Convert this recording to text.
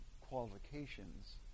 qualifications